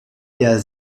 der